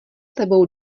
tebou